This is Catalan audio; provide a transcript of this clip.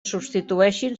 substitueixin